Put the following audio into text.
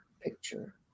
picture